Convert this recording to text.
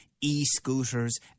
e-scooters